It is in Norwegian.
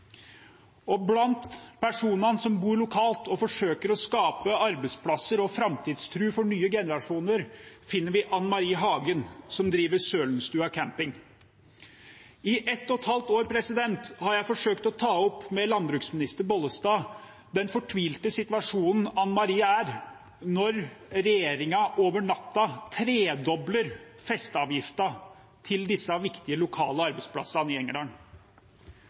Blant personene som bor lokalt, og som forsøker å skape arbeidsplasser og framtidstro for nye generasjoner, finner vi Ann-Mari Hagen, som driver Sølenstua camping. I ett og et halvt år har jeg forsøkt å ta opp med landbruksminister Bollestad den fortvilte situasjonen Ann-Mari er i når regjeringen over natta tredobler festeavgiften til disse viktige lokale arbeidsplassene i